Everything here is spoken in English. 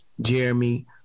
Jeremy